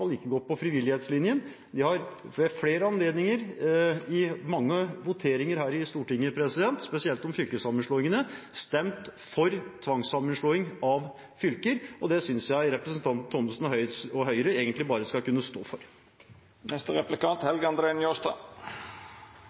frivillighetslinjen. De har ved flere anledninger, i mange voteringer her i Stortinget, spesielt om fylkessammenslåingene, stemt for tvangssammenslåing, og det synes jeg representanten Thommessen og Høyre egentlig bare skal stå